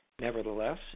Nevertheless